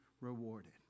rewarded